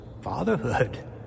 fatherhood